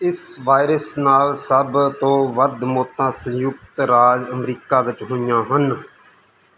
ਇਸ ਵਾਇਰਸ ਨਾਲ ਸਭ ਤੋਂ ਵੱਧ ਮੌਤਾਂ ਸੰਯੁਕਤ ਰਾਜ ਅਮਰੀਕਾ ਵਿੱਚ ਹੋਈਆਂ ਹਨ